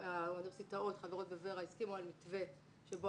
האוניברסיטאות החברות בור"ה הסכימו על מתווה שבו